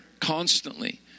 constantly